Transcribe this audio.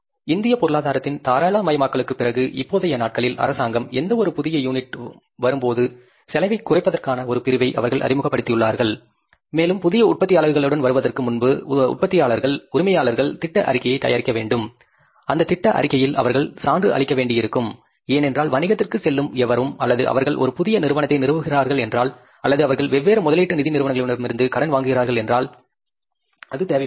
இந்திய பொருளாதாரத்தின் தாராளமயமாக்கலுக்குப் பிறகு இப்போதைய நாட்களில் அரசாங்கம் எந்தவொரு புதிய யூனிட்டும் வரும்போது செலவைக் குறைப்பதற்கான ஒரு பிரிவை அவர்கள் அறிமுகப்படுத்தியுள்ளனர் மேலும் புதிய உற்பத்தி அலகுகளுடன் வருவதற்கு முன்பு உரிமையாளர்கள் திட்ட அறிக்கையைத் தயாரிக்க வேண்டும் அந்த திட்ட அறிக்கையில் அவர்கள் சான்று அளிக்க வேண்டியிருக்கும் ஏனென்றால் வணிகத்திற்குச் செல்லும் எவரும் அல்லது அவர்கள் ஒரு புதிய நிறுவனத்தை நிறுவுகிறார்கள் என்றால் அல்லது அவர்கள் வெவ்வேறு முதலீட்டு நிதி நிறுவனங்களிலிருந்து கடன் வாங்குகின்றார்கள் என்றாள் இல்லையா